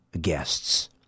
guests